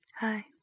Hi